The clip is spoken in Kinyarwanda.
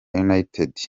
united